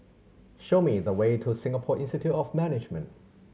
show me the way to Singapore Institute of Management